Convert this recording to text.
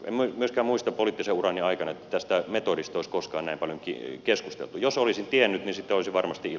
en myöskään muista poliittisen urani aikana että tästä metodista olisi koskaan näin paljon keskusteltu